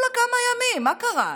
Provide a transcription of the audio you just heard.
כולה כמה ימים, מה קרה?